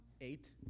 eight